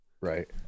right